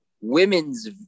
women's